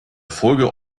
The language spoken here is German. folge